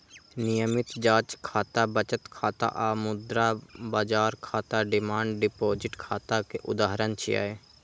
नियमित जांच खाता, बचत खाता आ मुद्रा बाजार खाता डिमांड डिपोजिट खाता के उदाहरण छियै